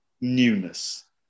newness